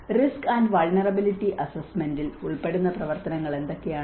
risk and vulnerability അസ്സെസ്സ്മെന്റിൽ ഉൾപ്പെടുന്ന പ്രവർത്തനങ്ങൾ എന്തൊക്കെയാണ്